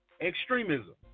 extremism